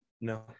No